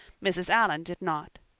mrs. allan did not.